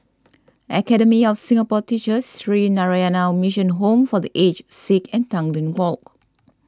Academy of Singapore Teachers Sree Narayana Mission Home for the Aged Sick and Tanglin Walk